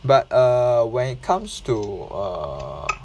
but err when it comes to err